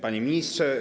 Panie Ministrze!